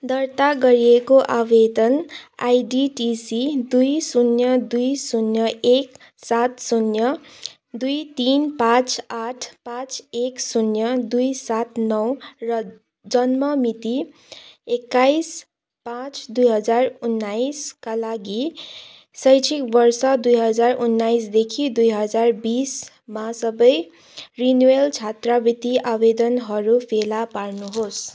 दर्ता गरिएको आवेदन आइडी टिसी दुई शून्य दुई शून्य एक सात शून्य दुई तिन पाँच आठ पाँच एक शून्य दुई सात नौ र जन्म मिति एक्काइस पाँच दुई हजार उन्नाइसका लागि शैक्षिक वर्ष दुई हजार उन्नाइसदेखि दुई हजार बिसमा सबै रिनेवल छात्रवृति आवेदनहरू फेला पार्नुहोस्